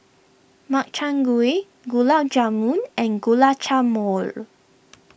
Makchang Gui Gulab Jamun and Guacamole